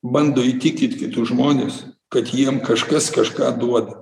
bando įtikit kitus žmones kad jiem kažkas kažką duoda